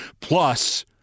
plus